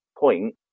point